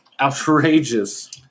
outrageous